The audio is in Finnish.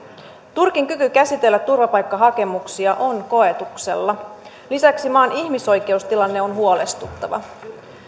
turkin kyky käsitellä turvapaikkahakemuksia on koetuksella lisäksi maan ihmisoikeustilanne on huolestuttava